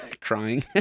crying